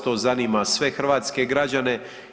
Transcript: To zanima sve hrvatske građane.